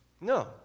No